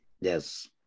Yes